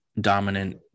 Dominant